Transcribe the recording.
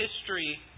history